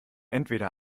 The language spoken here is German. entweder